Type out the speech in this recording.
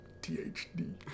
THD